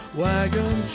wagon